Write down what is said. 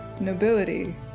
nobility